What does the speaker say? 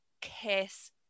kiss